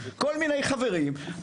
כל מיני חברים.